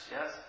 yes